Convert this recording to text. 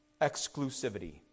Exclusivity